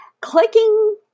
Clicking